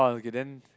okay then